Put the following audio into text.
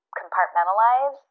compartmentalize